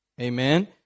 Amen